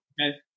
Okay